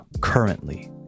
currently